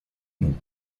non